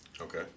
Okay